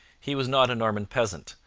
he was not a norman peasant,